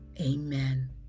amen